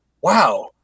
wow